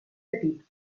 petit